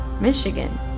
Michigan